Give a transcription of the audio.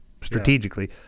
strategically